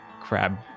crab